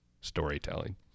storytelling